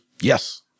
Yes